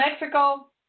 Mexico